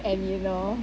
and you know